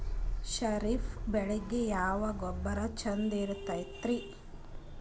ಖರೀಪ್ ಬೇಳಿಗೆ ಯಾವ ಗೊಬ್ಬರ ಚಂದ್ ಇರತದ್ರಿ?